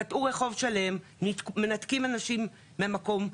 קטעו רחוב שלם, מנתקים אנשים מהמקום.